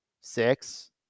six